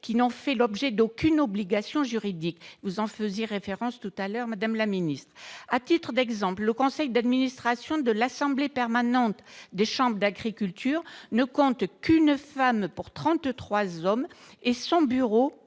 n'ont fait l'objet d'aucune obligation juridique- vous y faisiez référence tout à l'heure, madame la secrétaire d'État. À titre d'exemple, le conseil d'administration de l'Assemblée permanente des chambres d'agriculture, l'APCA, ne compte qu'une femme pour trente-trois hommes, et son bureau, une